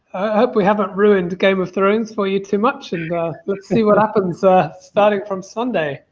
i hope we haven't ruined game of thrones for you too much and let's see what happens ah starting from sunday.